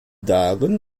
darin